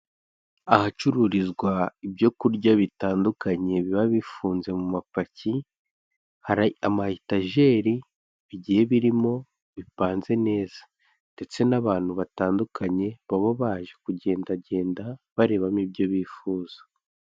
Ahacururizwa ibyo kurya bitandukanye biba bifunze mu mapaki, hari amayetajeri bigiye birimo, bipanze neza ndetse n'abantu batandukanye, baba baje kugendagenda barebamo ibyo bifuza.